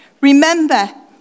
Remember